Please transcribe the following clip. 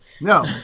No